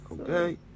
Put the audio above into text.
Okay